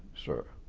sir,